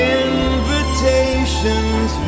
invitations